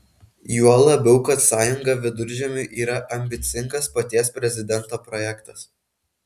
juo labiau kad sąjunga viduržemiui yra ambicingas paties prezidento projektas